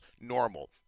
normal